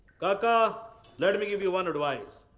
ah let me give you one advice.